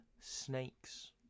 snakes